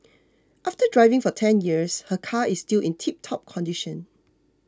after driving for ten years her car is still in tiptop condition